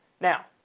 Now